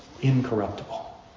incorruptible